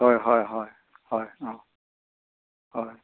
হয় হয় হয় হয় অঁ হয়